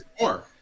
more